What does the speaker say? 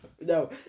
no